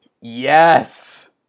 yes